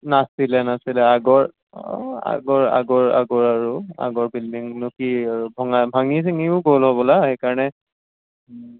নাছিলে নাছিলে আগৰ অঁ আগৰ আগৰ আগৰ আৰু আগৰ বিল্ডিং নো কি আৰু ভঙা ভাঙি ছিঙিও গ'ল হ'বলা সেইকাৰণে